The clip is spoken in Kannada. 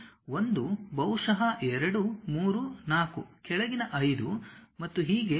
ಅದೇ ರೀತಿ 1 ಬಹುಶಃ 2 3 4 ಕೆಳಗಿನ 5 ಮತ್ತು ಹೀಗೆ